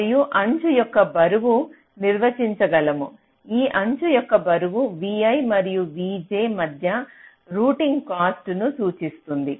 మరియు అంచు యొక్క బరువును నిర్వచించగలము ఆ అంచు యొక్క బరువు vi మరియు vj మధ్య రౌటింగ్ కాస్ట్ ను సూచిస్తుంది